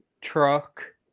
Truck